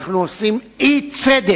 אנחנו עושים אי-צדק